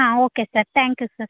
ಹಾಂ okay sir thank you sir